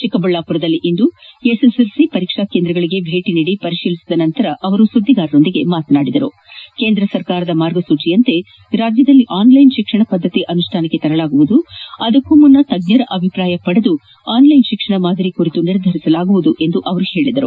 ಚಿಕ್ಕಬಳ್ಳಾಪುರದಲ್ಲಿಂದು SSLC ಪರೀಕ್ಷಾ ಕೇಂದ್ರಗಳಿಗೆ ಭೇಟಿ ನೀಡಿ ಪರಿಶೀಲಿಸಿದ ನಂತರ ಸುದ್ದಿಗಾರರೊಂದಿಗೆ ಮಾತನಾಡಿದ ಅವರು ಕೇಂದ್ರ ಸರ್ಕಾರದ ಮಾರ್ಗಸೂಚಿಯಂತೆ ರಾಜ್ಯದಲ್ಲಿ ಆನ್ಲೈನ್ ಶಿಕ್ಷಣ ಪದ್ಧತಿ ಅನುಷ್ಠಾನಕ್ಕೆ ತರಲಾಗುವುದು ಅದಕ್ಕೂ ಮುನ್ನ ತಜ್ಞರ ಅಭಿಪ್ರಾಯ ಪಡೆದು ಆನ್ ಲೈನ್ ಶಿಕ್ಷಣ ಮಾದರಿ ಕುರಿತು ನಿರ್ಧರಿಸಲಾಗುವುದು ಎಂದು ಹೇಳಿದರು